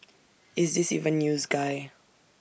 is this even news guy